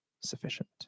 sufficient